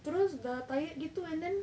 terus dah tired gitu and then